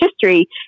history